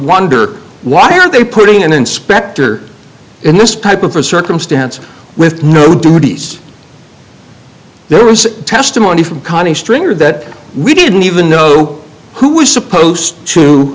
wonder why are they putting an inspector in this type of a circumstance with no duties there was testimony from condi stringer that we didn't even know who was supposed to